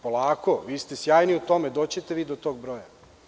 Polako, vi ste sjajni u tome, doći ćete vi do tog broja.